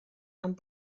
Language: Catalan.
amb